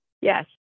Yes